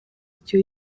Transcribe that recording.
icyo